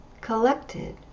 Collected